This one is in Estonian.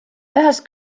ühest